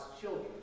children